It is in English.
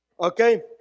Okay